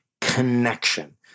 connection